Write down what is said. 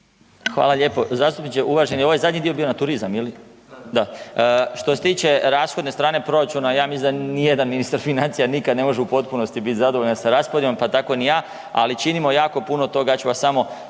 Hvala lijepo. Uvaženi zastupniče. Ovaj zadnji dio je bio na turizam ili? Da. Što se tiče rashodne strane proračuna ja mislim da nijedan ministar financija nikad ne može biti u potpunosti zadovoljan sa raspodjelom pa tako ni ja, ali činimo jako puno toga. Ja ću vas samo